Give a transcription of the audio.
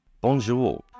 Bonjour